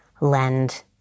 lend